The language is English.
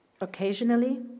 occasionally